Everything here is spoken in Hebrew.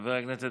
חבר הכנסת